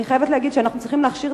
אני חייבת להגיד שאנחנו צריכים להכשיר